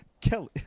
Kelly